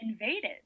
invaded